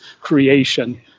creation